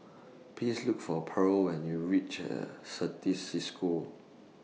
Please Look For Pearl when YOU REACH Certis CISCO